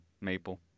maple